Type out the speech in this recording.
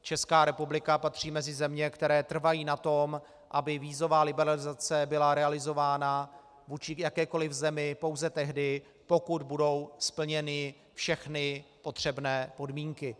Česká republika patří mezi země, které trvají na tom, aby vízová liberalizace byla realizována vůči jakékoliv zemi pouze tehdy, pokud budou splněny všechny potřebné podmínky.